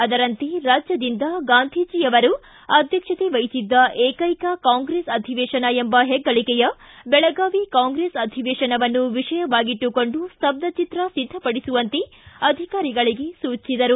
ಅದರಂತೆ ರಾಜ್ಯದಿಂದ ಗಾಂಧೀಜಿ ಅವರು ಅಧ್ಯಕ್ಷತೆ ವಹಿಸಿದ್ದ ಏಕೈಕ ಕಾಂಗ್ರೆಸ್ ಅಧಿವೇಶನ ಎಂಬ ಹೆಗ್ಗಳಿಕೆಯ ಬೆಳಗಾವಿ ಕಾಂಗ್ರೆಸ್ ಅಧಿವೇಶನವನ್ನು ವಿಷಯವಾಗಿಟ್ಟುಕೊಂಡು ಸ್ತಬ್ಧಚಿತ್ರ ಸಿದ್ಧಪಡಿಸುವಂತೆ ಅಧಿಕಾರಿಗಳಿಗೆ ಸೂಚಿಸಿದರು